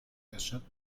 ارشاد